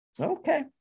okay